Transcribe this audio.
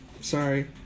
Sorry